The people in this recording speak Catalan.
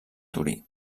torí